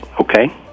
Okay